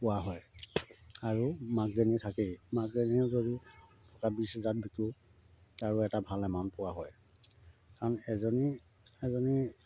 পোৱা হয় আৰু মাকজনী থাকেই মাকজনীয়ে যদি টকা বিছ হাজাৰত বিকোঁ তাৰো এটা ভাল এমাউণ্ট পোৱা হয় কাৰণ এজনী এজনী